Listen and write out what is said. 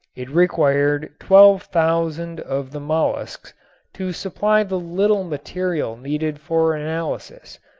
it required twelve thousand of the mollusks to supply the little material needed for analysis,